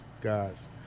guys